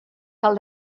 cal